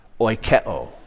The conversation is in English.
oikeo